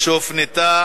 שהופנתה